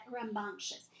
rambunctious